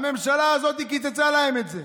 הממשלה הזאת קיצצה להם את זה.